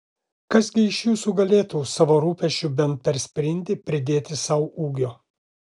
kas gi iš jūsų galėtų savo rūpesčiu bent per sprindį pridėti sau ūgio